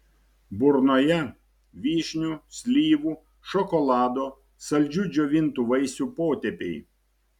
burnoje vyšnių slyvų šokolado saldžių džiovintų vaisių potėpiai